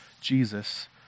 Jesus